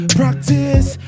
practice